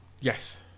Yes